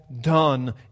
done